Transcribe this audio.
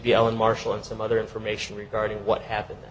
alan marshall and some other information regarding what happened